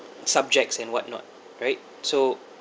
subjects and what not right so